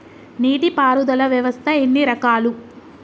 నీటి పారుదల వ్యవస్థ ఎన్ని రకాలు?